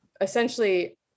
essentially